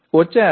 1 ஆகும்